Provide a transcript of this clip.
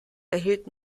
erhielt